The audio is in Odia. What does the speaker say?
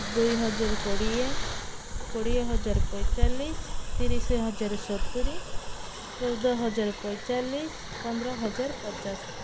ଦୁଇହଜାର କୋଡ଼ିଏ କୋଡ଼ିଏ ହଜାର ପଇଁଚାଲିଶ ତିରିଶ ହଜାର ସତୁରୀ ଚଉଦ ହଜାର ପଇଁଚାଲିଶ ପନ୍ଦର ହଜାର ପଚାଶ